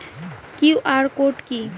QR code কি?